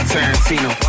Tarantino